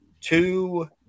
two